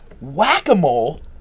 whack-a-mole